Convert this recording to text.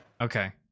Okay